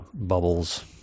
bubbles